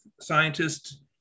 scientists